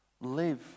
Live